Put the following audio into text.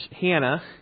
Hannah